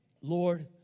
Lord